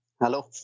Hello